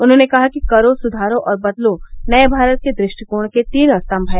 उन्होंने कहा कि करो सुधारों और बदलो नये भारत के दृष्टिकोण के तीन स्तम्भ हैं